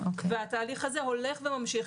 והתהליך הזה הולך וממשיך.